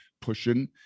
pushing